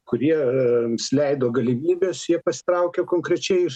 kurie e mums leido galimybės jie pasitraukė konkrečiai iš